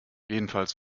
jedenfalls